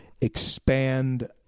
expand